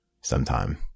sometime